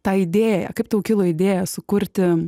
tą idėją kaip tau kilo idėja sukurti